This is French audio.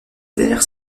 dernière